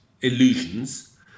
illusions